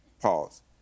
pause